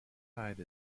tide